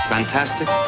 Fantastic